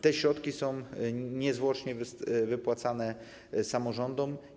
Te środki są niezwłocznie wypłacane samorządom.